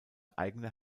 eigene